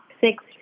six